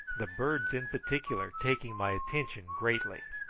the birds in particular taking my attention greatly.